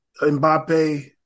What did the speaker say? Mbappe